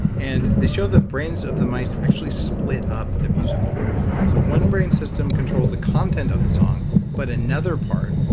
and they show the brains of the mice actually split up the musical work. so one brain system controls the content of the song but another part,